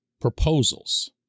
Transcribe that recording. proposals